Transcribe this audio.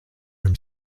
from